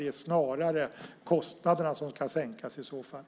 Det är snarare kostnaderna som kan sänkas i så fall.